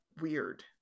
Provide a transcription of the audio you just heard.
weird